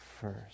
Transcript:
first